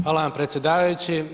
Hvala vam predsjedavajući.